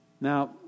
Now